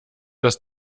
das